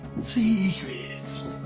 Secrets